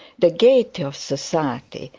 the gaiety of society,